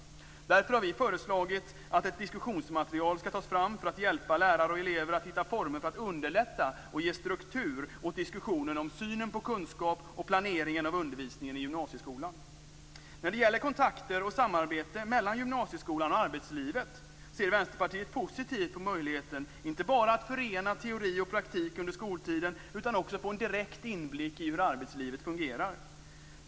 Därför har vi föreslagit att ett diskussionsmaterial skall tas fram som kan hjälpa lärare och elever att hitta former för att underlätta och ge struktur åt diskussionen om synen på kunskap och planeringen av undervisningen i gymnasieskolan. När det gäller kontakter och samarbete mellan gymnasieskolan och arbetslivet ser Vänsterpartiet positivt på möjligheten att inte bara förena teori och praktik under skoltiden utan också få en direkt inblick i hur arbetslivet fungerar.